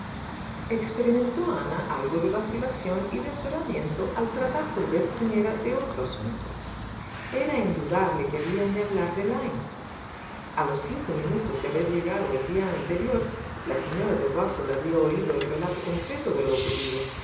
experimentó ana algo de vacilación y de azoramiento al tratar por vez primera de otro asunto era indudable que habían de hablar de lyme a los cinco minutos de haber llegado el día anterior la señora de rusell había oído el relato completo de lo ocurrido